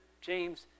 James